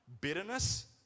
bitterness